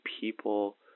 people